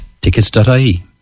Tickets.ie